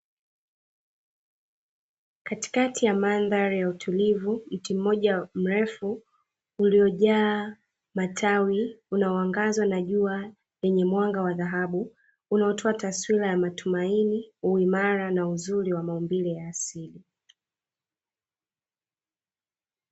Katikati ya mandhari ya utulivu, mti mmoja mrefu uliojaa matawi unaoangazwa na jua lenye mwanga dhahabu, unaotoa taswira ya matumaini, uimara na uzuri wa maumbile ya asili.